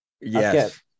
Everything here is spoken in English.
Yes